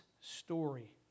story